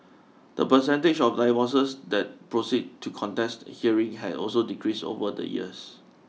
the percentage of divorces that proceed to contested hearing has also decreased over the years